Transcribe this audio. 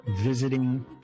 visiting